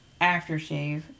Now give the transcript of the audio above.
aftershave